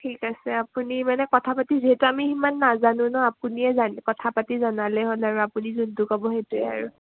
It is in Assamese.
ঠিক আছে আপুনি মানে কথা পাতি যিহেতু আমি সিমান নাজানো ন আপুনিয়ে জানে কথা পাতি জনালে হ'ল আৰু আপুনি যোনটো ক'ব সেইটোৱে আৰু